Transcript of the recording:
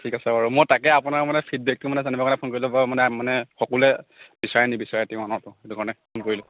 ঠিক আছে বাৰু মই তাকে আপোনাৰ মানে ফিডবেকটো মানে জানিবৰ কাৰণে ফোন কৰিলোঁ বাৰু মানে মানে সকলোৱে বিচাৰে নিবিচাৰে তেওঁ অহাটো সেইটো কাৰণে ফোন কৰিলোঁ